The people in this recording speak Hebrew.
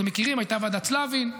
אתם מכירים, הייתה ועדת סלבין.